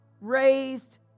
raised